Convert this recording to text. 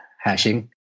hashing